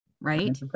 right